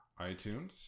iTunes